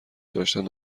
داشتند